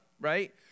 right